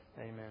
Amen